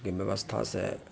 के ब्यवस्था से